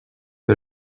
que